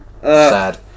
Sad